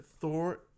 Thor